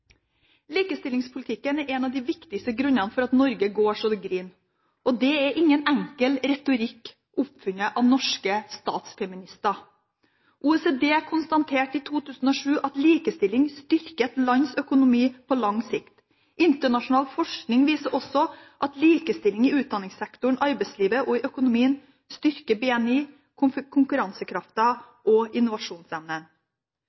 Likestillingspolitikken er en av de viktigste grunnene til at Norge går så det griner, og det er ingen enkel retorikk oppfunnet av norske statsfeminister. OECD konstaterte i 2007 at likestilling styrker et lands økonomi på lang sikt. Internasjonal forskning viser også at likestilling i utdanningssektoren, arbeidslivet og økonomien styrker BNI,